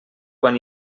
quan